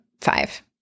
five